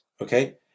okay